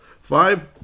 five